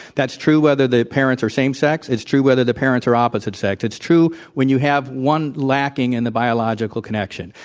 that's true whether the parents are same sex. it's true whether the parents are opposite sex. it's true when you have one lacking in the biological connection.